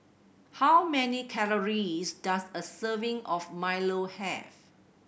how many calories does a serving of milo have